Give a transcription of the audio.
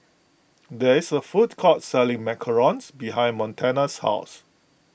there is a food court selling Macarons behind Montana's house